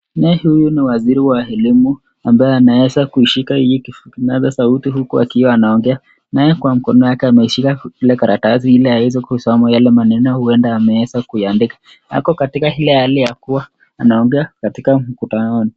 Mwanaume huyu ni waziri wa elimu ambaye ameweza kuishika hii kinasa sauti huku akiwa anaongea. Naye kwa mkono wake ameishika karatasi ili aweze kusoma yale maneno huenda ameweza kuyaandika. Ako katika ile hali ya kuwa anaongea katika mkutanoni.